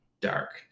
Dark